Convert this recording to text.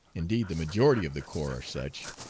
indeed the majority of the corps are such,